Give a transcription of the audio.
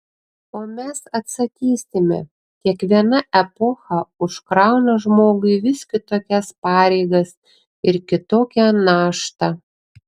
o mes atsakysime kiekviena epocha užkrauna žmogui vis kitokias pareigas ir kitokią naštą